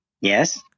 Yes